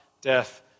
Death